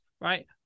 right